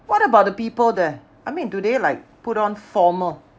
what about the people there I mean do they like put on formal